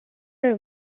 are